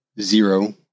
zero